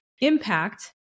impact